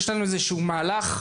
יש לנו איזשהו מהלך,